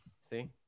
See